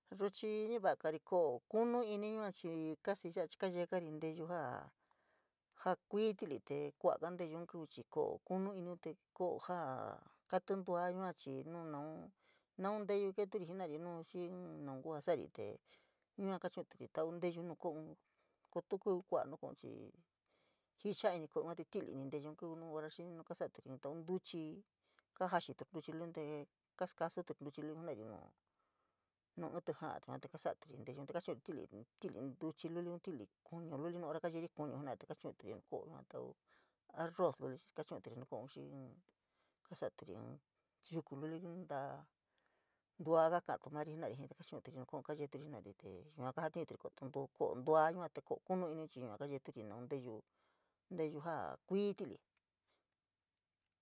Ru chii ñavagari ko’o kunu ini yua chii casi yaa chii kayeegari nteyuu ja jaa kuii ti’ili kua’aga nteeyuu kíví chii ko’o kunu iniun te ko’o jaa kaa tín duaa yua chii nu naun naun teyuu keeturi jenari xii naun kua sari te yua kachu’uturi tau nteyu nuu ko’oun koo tu kíví kua’a nu ko’oun chii jicha ini ko’oun te ti’ili ni teyuun kíví, nu nsun ora xii naun kasa’aturi, in tau ntuchi kojaxituri in tau ntuchi te kaskasuturi ntuchi luliun jenari nuu, nuu ín tíja’a yua te kassturi nteyuun te kachuluri in ti’ili ntuchi luliun in ti’ili kuñu luli nu ora keyeri kuñu jenari te kachu’uri nu ko’o yua, ko’o arroz luli kachu’unturi nu ko’ou xii inn kasa’aturi inn yuku luli, in ta’a naluáá kakatu mari jenari te kachu’uto mari nu ko’o kayeturi jenari te yua kaja tiuntori koko tíntu, ko’o ndua yua, te ko’o kuni ini chii yua kayeturi naun teyuu, teyuu jaa kui ti’ili.